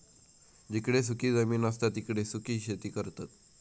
जिकडे सुखी जमीन असता तिकडे सुखी शेती करतत